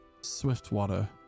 Swiftwater